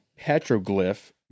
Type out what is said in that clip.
petroglyph